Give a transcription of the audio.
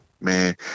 man